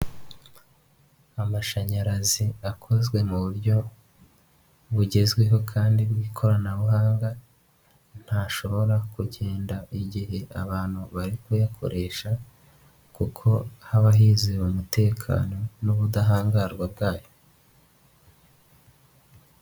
Amashanyarazi akozwe mu buryo bugezweho kandi bw'ikoranabuhanga ntashobora kugenda igihe abantu bari kuyakoresha kuko haba hizewe umutekano n'ubudahangarwa bwayo.